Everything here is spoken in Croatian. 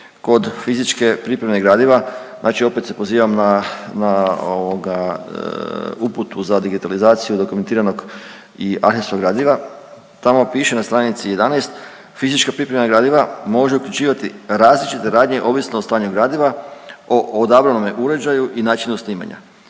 kod fizičke pripreme gradiva, znači opet se pozivam na, na ovoga uputu za digitalizaciju dokumentiranog i arhivskog gradiva, tamo piše na stranici 11, fizička priprema gradiva može uključivati različite radnje ovisno o stanju gradiva, o odabranome uređaju i načinu snimanja.